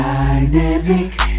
Dynamic